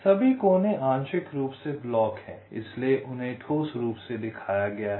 सभी कोने आंशिक रूप से ब्लॉक हैं इसलिए उन्हें ठोस रूप में दिखाया गया है